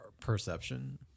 Perception